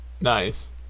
Nice